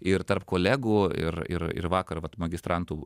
ir tarp kolegų ir ir ir vakar vat magistrantų